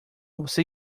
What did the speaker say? você